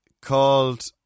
called